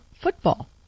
football